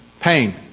pain